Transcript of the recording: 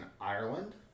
Ireland